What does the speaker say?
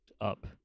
up